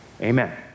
Amen